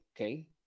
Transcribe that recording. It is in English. okay